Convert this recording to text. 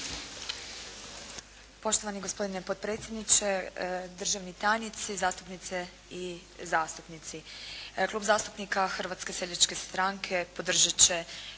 Poštovani gospodine potpredsjedniče, državni tajnici, zastupnice i zastupnici. Klub zastupnika Hrvatske seljačke stranke podržati će